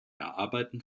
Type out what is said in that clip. erarbeiten